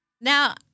Now